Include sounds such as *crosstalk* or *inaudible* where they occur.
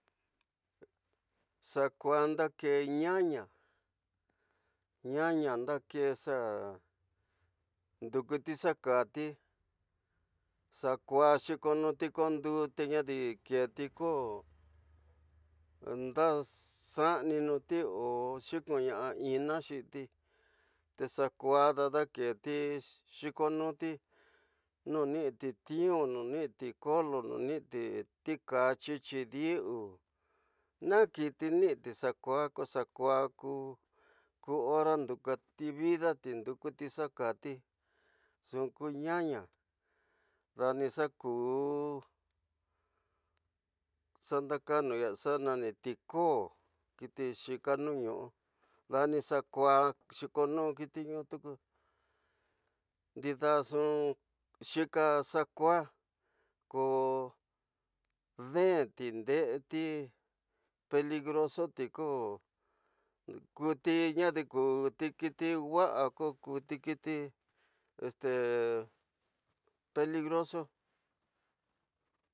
Xakua ndake ñata, ñata udake xa, ndokuti xa kati xakua xikonuti ko nde ñadi kiti ko nda xanininu ti xinuwiina inga ti, te xakua dada keti xikonuti, ñu niñiti tivu, ñu niñiti kolo, ñu niti ti kati, chi diñu ña kiti niñiti xakua ko xakua, ko ora ndokuti vida, ndokuti xa kati, ñu ku ñana, dani xakua xa ndakanu ya, xanani ti koo, kiti xakua nonusu ñu xika, xakua ko deeti, ndeeni, groxoti ko kuti, ñadi kuti kiti wasa ko kuti kiti *hesitation* peligroso